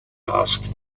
asked